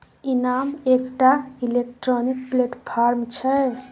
इनाम एकटा electronic platform छै